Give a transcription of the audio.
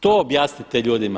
To objasniti ljudima.